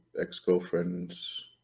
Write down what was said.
ex-girlfriend's